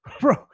Bro